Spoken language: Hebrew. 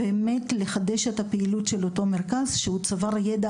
באמת לחדש את הפעילות של אותו מרכז שהוא צבר ידע